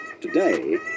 today